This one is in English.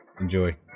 Enjoy